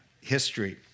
history